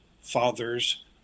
father's